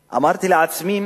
לעצמי: